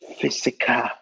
physical